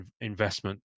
investment